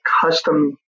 custom